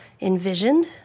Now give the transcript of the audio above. envisioned